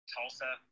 Tulsa